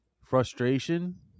frustration